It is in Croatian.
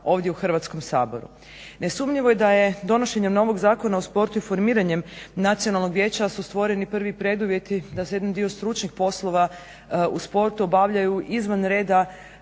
ovdje u Hrvatskom saboru. Nesumnjivo je da je donošenje novog Zakona o sportu i formiranjem Nacionalnog vijeća su stvoreni prvi preduvjeti da se jedan dio stručnih poslova u sportu obavljaju izvan reda